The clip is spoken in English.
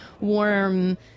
warm